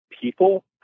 people